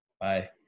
Bye